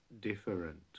different